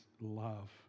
love